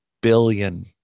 billion